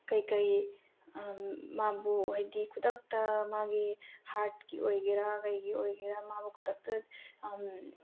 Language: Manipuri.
ꯀꯩꯀꯩ ꯃꯥꯕꯨ ꯍꯥꯏꯗꯤ ꯈꯨꯗꯛꯇ ꯃꯥꯒꯤ ꯍꯥꯔꯠꯀꯤ ꯑꯣꯏꯒꯦꯔ ꯀꯩꯒꯤ ꯑꯣꯏꯒꯦꯔ ꯃꯥꯕꯨ ꯈꯨꯗꯛꯇ